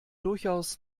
durchaus